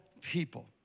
people